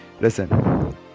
listen